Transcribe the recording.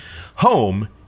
Home